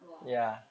!wah!